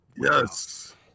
Yes